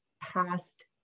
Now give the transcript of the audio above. past